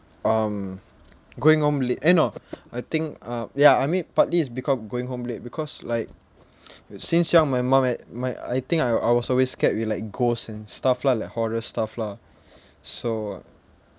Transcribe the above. um going home late eh no I think uh ya I mean partly it's because of going home late because like since young my mum and my I think I I was always scared with like ghost and stuff lah like horror stuff lah so